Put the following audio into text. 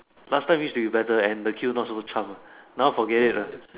last time used to be better and the queue not so cham now forget it lah